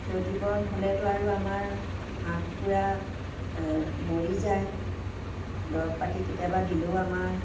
ক্ষতিপূৰণ হ'লেতো আৰু আমাৰ হাঁহ কুকুৰা মৰি যায় দৰৱ পাতি কেতিয়াবা দিলেও আমাৰ